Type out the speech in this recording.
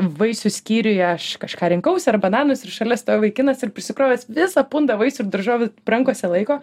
vaisių skyriuje aš kažką rinkausi ar bananus ir šalia stovi vaikinas ir prisikrovęs visą pundą vaisių ir daržovių rankose laiko